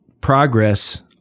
progress